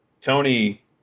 Tony